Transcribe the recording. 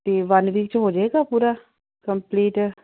ਅਤੇ one week 'ਚ ਹੋ ਜੇਗਾ ਪੂਰਾ ਕੰਪਲੀਟ